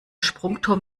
sprungturm